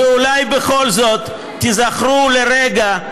ואולי בכל זאת תיזכרו לרגע,